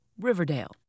Riverdale